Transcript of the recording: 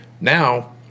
Now